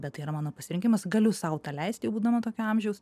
bet tai yra mano pasirinkimas galiu sau tą leisti būdama tokio amžiaus